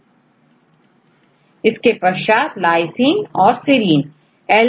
इनका आर्डर है पहला एमाइड एसिडिक एसिड से ज्यादा उसके बाद अल्कोहल इसके पश्चात अमीन फिर ईथर और एल्केन